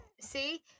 See